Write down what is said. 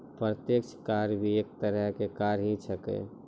प्रत्यक्ष कर भी एक तरह के कर ही छेकै